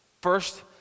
first